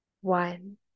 one